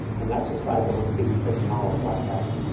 and that's the slides i wanna give you, for tomorrow's broadcast.